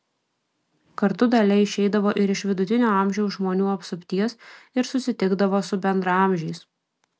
kartu dalia išeidavo ir iš vidutinio amžiaus žmonių apsupties ir susitikdavo su bendraamžiais